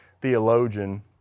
theologian